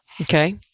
Okay